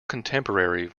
contemporary